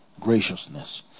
Graciousness